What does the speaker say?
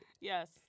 Yes